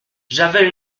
j’avais